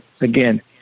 again